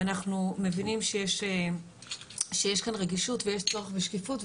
אנחנו מבינים שיש כאן רגישות ויש צורך בשקיפות,